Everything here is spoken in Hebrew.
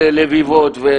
ולביבות.